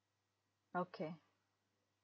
okay